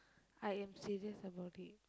I am serious about it